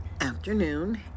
afternoon